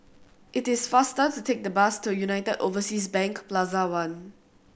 it is faster to take the bus to United Overseas Bank Plaza One